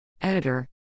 Editor